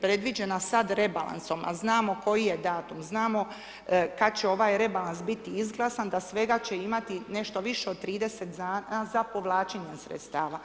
predviđena sad rebalansom a znamo koji je datum, znamo kad će ovaj rebalans biti izglasan da svega će imati nešto više od 30 za povlačenje sredstava.